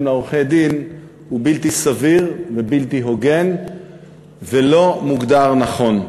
לעורכי-הדין הוא בלתי סביר ובלתי הוגן ולא מוגדר נכון.